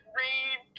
read